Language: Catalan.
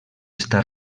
està